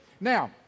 Now